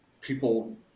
people